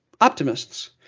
optimists